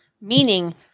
meaning